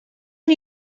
new